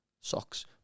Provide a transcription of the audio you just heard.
Socks